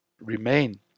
remain